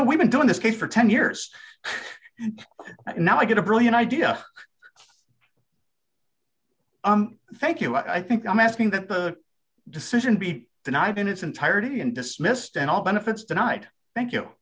know we've been doing this case for ten years now i get a brilliant idea thank you i think i'm asking that the decision be denied in its entirety and dismissed and all benefits tonight thank you